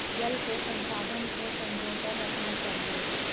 जल के संसाधन को संजो कर रखना चाहिए